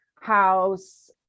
house